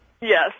yes